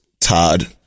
Todd